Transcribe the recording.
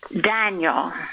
Daniel